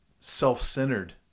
self-centered